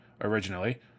originally